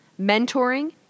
mentoring